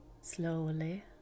slowly